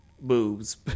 boobs